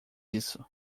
isso